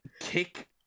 kick